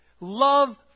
Love